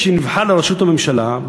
כשנבחר לראשות הממשלה,